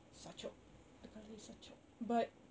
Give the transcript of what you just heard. sachok the colour is sachok but